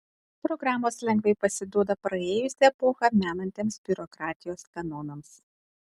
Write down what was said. programos lengvai pasiduoda praėjusią epochą menantiems biurokratijos kanonams